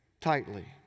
tightly